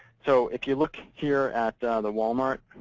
so if you look here at the walmart,